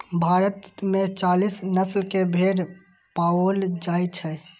भारत मे चालीस नस्ल के भेड़ पाओल जाइ छै